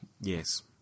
yes